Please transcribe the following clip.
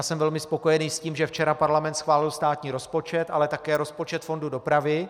Jsem velmi spokojený s tím, že včera parlament schválil státní rozpočet, ale také rozpočet fondu dopravy.